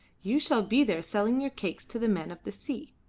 you shall be there selling your cakes to the men of the sea.